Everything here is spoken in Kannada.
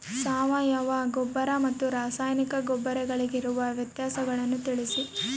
ಸಾವಯವ ಗೊಬ್ಬರ ಮತ್ತು ರಾಸಾಯನಿಕ ಗೊಬ್ಬರಗಳಿಗಿರುವ ವ್ಯತ್ಯಾಸಗಳನ್ನು ತಿಳಿಸಿ?